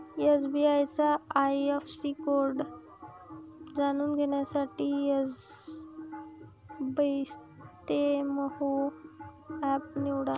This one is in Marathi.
एस.बी.आय चा आय.एफ.एस.सी कोड जाणून घेण्यासाठी एसबइस्तेमहो एप निवडा